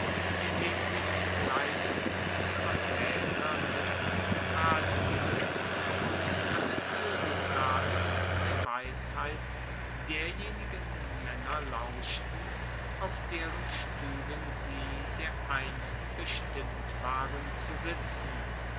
indem sie in begleitung ihrer vaeter mit zum rate gingen und an der tuer des saales der weisheit derjenigen maenner lauschten auf deren stuehlen sie dereinst bestimmt waren zu sitzen